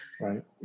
Right